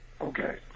okay